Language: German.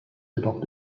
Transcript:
jedoch